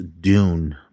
Dune